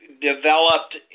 developed